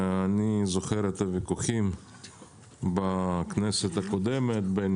אני זוכר את הוויכוחים בכנסת הקודמת בין